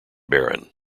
baron